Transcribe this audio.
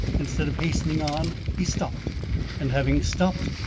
instead of hastening on, he stopped and, having stopped,